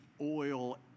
oil